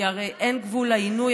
כי הרי אין גבול לעינוי,